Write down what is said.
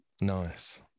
Nice